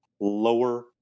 lower